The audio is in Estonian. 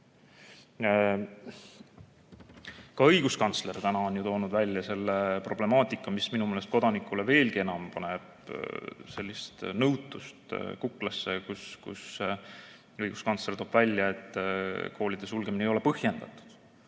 Ka õiguskantsler on toonud välja selle problemaatika, mis minu meelest kodanikule veelgi enam paneb sellist nõutust kuklasse. Õiguskantsler toob välja, et koolide sulgemine ei ole põhjendatud.